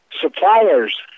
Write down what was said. suppliers